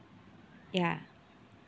ya